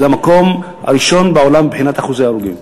זה המקום הראשון בעולם מבחינת אחוזי הרוגים.